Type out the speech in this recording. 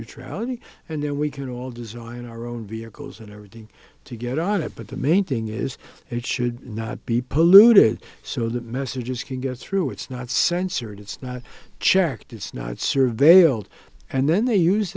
neutrality and then we can all design our own vehicles and everything to get on it but the main thing is it should not be polluted so that messages can get through it's not censored it's not checked it's not surveilled and then they use